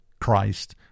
Christ